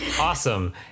Awesome